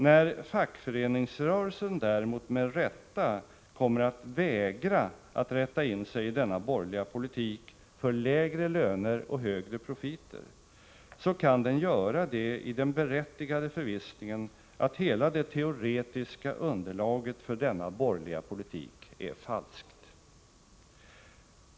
När fackföreningsrörelsen däremot med rätta kommer att vägra att rätta in sig i denna borgerliga politik för lägre löner och högre profiter, kan den göra det i den berättigade förvissningen om att hela det teoretiska underlaget för denna borgerliga politik är falskt.